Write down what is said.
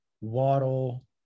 Waddle